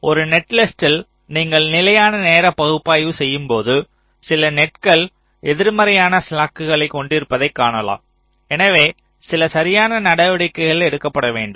ஒரு நெட்லிஸ்ட்டில் நீங்கள் நிலையான நேர பகுப்பாய்வு செய்யும்போது சில நெட்கள் எதிர்மறையான ஸ்லாக்குகளைக் கொண்டிருப்பதைக் காணலாம் எனவே சில சரியான நடவடிக்கைகள் எடுக்கப்பட வேண்டும்